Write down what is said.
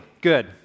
good